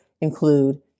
include